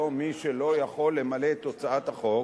לא מי שלא יכול למלא את תוצאת החוק,